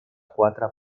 quatre